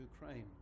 Ukraine